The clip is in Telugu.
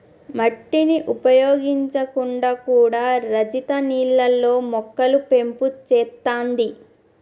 మట్టిని ఉపయోగించకుండా కూడా రజిత నీళ్లల్లో మొక్కలు పెంపు చేత్తాంది